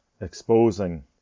exposing